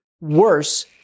worse